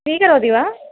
स्वीकरोति वा